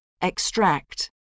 Extract